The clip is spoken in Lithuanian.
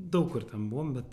daug kur ten buvom bet